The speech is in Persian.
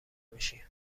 میشی